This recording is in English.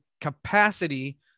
capacity